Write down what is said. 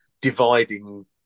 dividing